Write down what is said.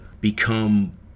become